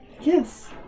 Yes